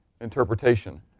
interpretation